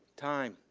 time.